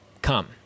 come